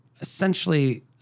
essentially